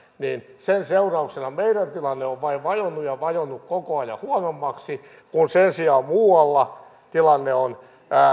sen seurauksena meidän tilanteemme on vain vajonnut ja vajonnut koko ajan huonommaksi kun sen sijaan muualla